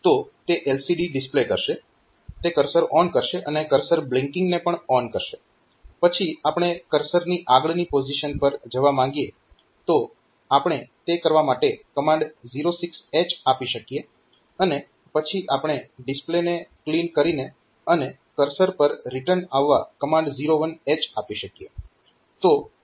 તો તે LCD display કરશે તે કર્સર ઓન કરશે અને કર્સર બ્લિન્કીંગને પણ ઓન કરશે પછી આપણે કર્સરની આગળની પોઝીશન પર જવા માંગીએ તો આપણે તે કરવા માટે કમાન્ડ 06H આપી શકીએ અને પછી આપણે ડિસ્પ્લેને ક્લીન કરીને અને કર્સર પર રિટર્ન આવવા કમાન્ડ 01H આપી શકીએ